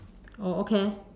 oh okay